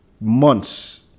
months